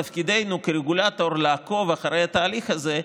תפקידנו כרגולטור הוא לעקוב אחרי התהליך הזה,